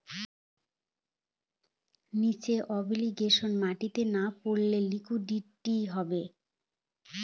নিজের অব্লিগেশনস মেটাতে না পারলে লিকুইডিটি হবে